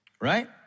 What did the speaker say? Right